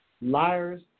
Liars